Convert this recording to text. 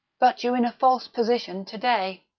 but you're in a false position to-day.